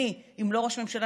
מי אם לא ראש ממשלה,